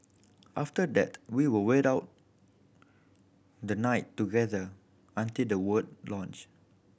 after that we will wait out the night together until the launch